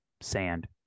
sand